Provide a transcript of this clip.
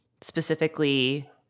specifically